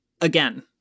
again